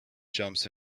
jumps